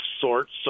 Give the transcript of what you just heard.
sorts